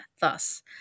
thus